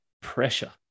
pressure